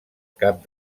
cap